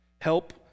Help